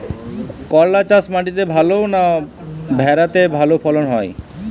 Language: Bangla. করলা চাষ মাটিতে ভালো না ভেরাতে ভালো ফলন হয়?